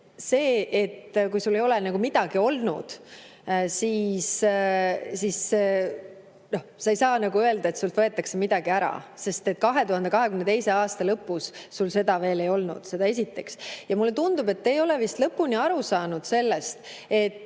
mõttes, kui sul ei ole midagi olnud, siis sa ei saa nagu öelda, et sinult võetakse see midagi ära, sest 2022. aasta lõpus sul seda veel ei olnud. Seda esiteks. Ja mulle tundub, et te ei ole vist lõpuni aru saanud sellest, et